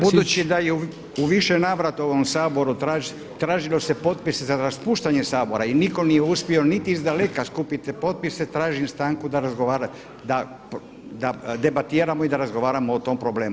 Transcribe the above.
Budući da je u više navrata u ovom Saboru tražilo se potpis za raspuštanje Sabora i nitko nije uspio niti iz daleka skupiti potpise tražim stanku da debatiramo i da razgovaramo o tom problemu.